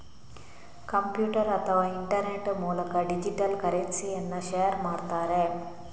computer ಅಥವಾ internet ಮೂಲಕ digital ಕರೆನ್ಸಿಯನ್ನ ಶೇರ್ ಮಾಡ್ತಾರೆ